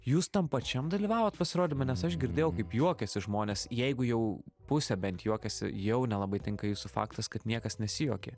jūs tam pačiam dalyvavot pasirodyme nes aš girdėjau kaip juokėsi žmonės jeigu jau pusė bent juokėsi jau nelabai tinka jūsų faktas kad niekas nesijuokė